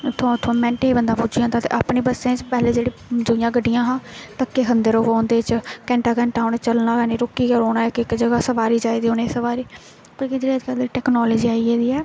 इत्थुआं उत्थुआं मैंट्टें च बंदा पुज्जी जंदा ते अपनी बस्सै च पैह्ले जेह्ड़ी दूइयां गड्डियां हां धक्के खंदे रौंहदे हे उं'दे च घैंटा घैंटा उ'नें चलना गै नेईं रुकी गै रौहना इक इक जगह सवारी चाहिदी उनें'गी सवारी पर जंदू दी टेकनोलाॅजी आई गेदी ऐ